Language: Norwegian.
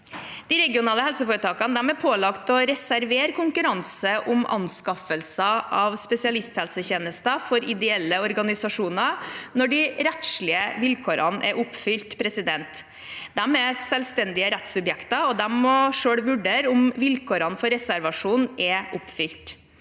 De regionale helseforetakene er pålagt å reservere konkurranser om anskaffelser av spesialisthelsetjenester for ideelle organisasjoner når de rettslige vilkårene er oppfylt. De er selvstendige rettssubjekter og må selv vurdere om vilkårene for reservasjon er oppfylt.